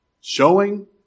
Showing